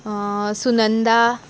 Sunanda